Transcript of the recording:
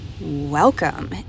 Welcome